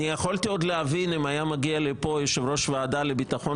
אני יכולתי עוד להבין אם היה מגיע לכאן יושב ראש הוועדה לביטחון